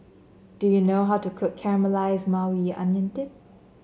do you know how to cook Caramelized Maui Onion Dip